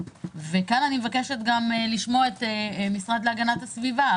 וכאן אני מבקשת לשמוע את המשרד להגנת הסביבה.